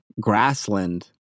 grassland